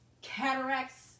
cataracts